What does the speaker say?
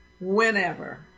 whenever